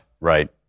Right